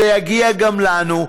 זה יגיע גם אלינו.